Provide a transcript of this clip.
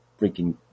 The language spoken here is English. freaking